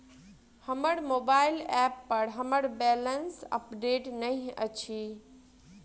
हमर mobile app पर हमर बैलेंस अपडेट नहि अछि